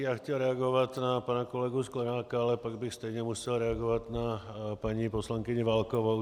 Já jsem chtěl reagovat na pana kolegu Sklenáka, ale pak bych stejně musel reagovat na paní poslankyni Válkovou.